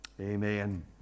Amen